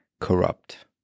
corrupt